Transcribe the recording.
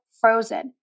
frozen